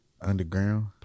Underground